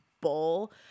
bowl